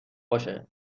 باشه